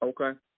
Okay